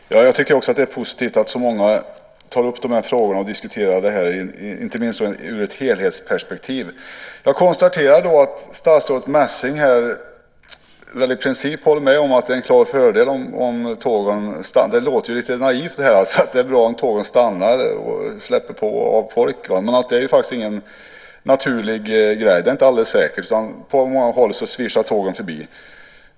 Fru talman! Jag tycker också att det är positivt att så många tar upp de här frågorna och diskuterar dem, inte minst ur ett helhetsperspektiv. Jag konstaterar att statsrådet Messing i princip håller med om att det är en fördel om tågen stannar. Det låter lite naivt att det är bra om tågen stannar och släpper på och av folk. Men det är inte något naturligt, inte helt säkert, utan på många håll svischar tågen förbi.